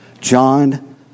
John